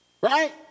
right